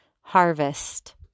harvest